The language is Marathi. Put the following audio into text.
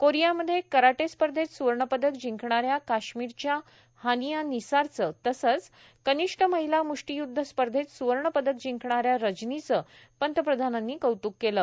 कोरियामध्ये कराटे स्पर्धेत सुवर्णपदक जिंकणाऱ्या काश्मीरच्या हानिया निसारचं तसंच कनिष्ठ महिला म्ष्टीयुद्ध स्पर्धेत सुवर्ण जिंकणाऱ्या रजनीचं पंतप्रधानांनी कौत्क केलं